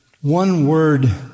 one-word